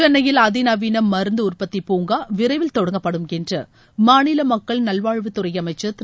சென்னையில் அதிநவீன மருந்து உற்பத்திப் பூங்கா விரைவில் தொடங்கப்படும் என்று மாநில மக்கள் நல்வாழ்வுத்துறை அமைச்சர் திரு